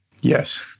Yes